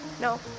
no